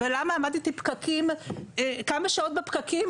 ולמה עמדתי כמה שעות בפקקים בשיבוש,